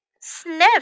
sniff